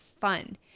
fun